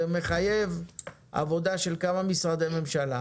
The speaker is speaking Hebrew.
זה מחייב עבודה של כמה משרדי ממשלה.